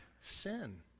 sin